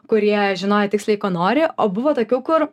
kurie žinojo tiksliai ko nori o buvo tokių kur